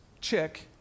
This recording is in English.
chick